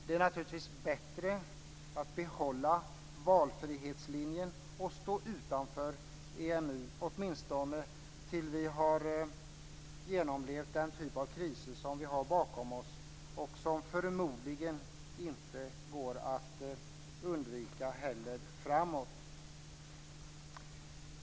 Det är naturligtvis bättre att behålla valfrihetslinjen och stå utanför EMU, åtminstone tills vi har genomlevt den typ av kriser som vi har bakom oss och som förmodligen inte går att undvika i framtiden heller.